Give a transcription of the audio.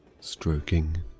stroking